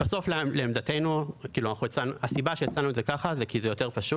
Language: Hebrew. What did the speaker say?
הסיבה שבגללה הצענו את זה כך היא כי זה יותר פשוט.